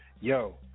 Yo